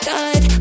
God